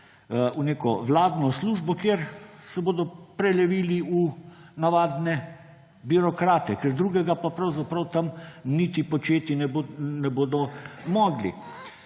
v neko vladno službo, kjer se bodo prelevili v navadne birokrate, ker drugega pa pravzaprav niti početi ne bodo mogli.